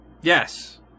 Yes